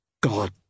God